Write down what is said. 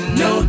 no